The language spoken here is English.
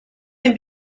can